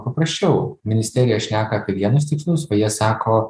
paprasčiau ministerija šneka apie vienus tikslus sako